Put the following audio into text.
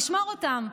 נשמור אותן.